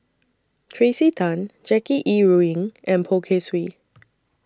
Tracey Tan Jackie Yi Ru Ying and Poh Kay Swee